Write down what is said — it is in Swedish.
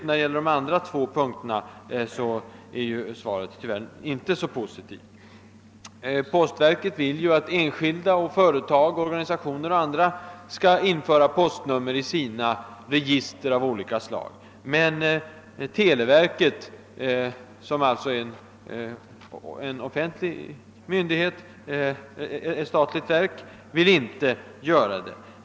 När det gäller de andra två punkterna är svaret tyvärr inte lika positivt. Postverket önskar att enskilda, företag, organisationer och andra skall införa postnummer i sina register av olika slag. Men televerket, som är ett statligt verk, vill inte göra det.